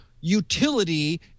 utility